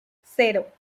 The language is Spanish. cero